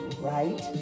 right